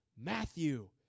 Matthew